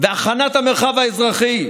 והכנת המרחב האזרחי".